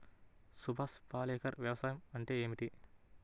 సుభాష్ పాలేకర్ వ్యవసాయం అంటే ఏమిటీ?